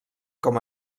com